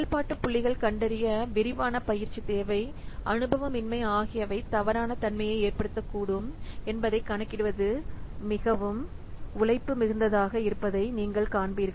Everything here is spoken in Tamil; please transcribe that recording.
செயல்பாட்டு புள்ளிகள் கண்டறிய விரிவான பயிற்சி தேவை அனுபவமின்மை ஆகியவை தவறான தன்மையை ஏற்படுத்தக்கூடும் என்பதைக் கணக்கிடுவது மிகவும் உழைப்பு மிகுந்ததாக இருப்பதை நீங்கள் காண்பீர்கள்